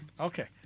Okay